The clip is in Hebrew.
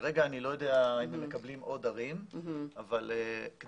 כרגע אני לא יודע אם הם מקבלים עוד ערים אבל כדי